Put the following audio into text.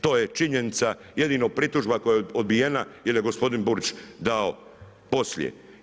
To je činjenica, jedino pritužba koja je odbijena jer je gospodin Burić dao poslije.